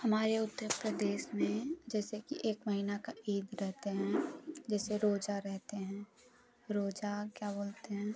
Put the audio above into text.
हमारे उत्तर प्रदेश में जैसे कि एक महीना का ईद रहते हैं जैसे रोजा रहते हैं रोजा क्या बोलते हैं